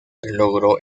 logró